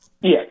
Yes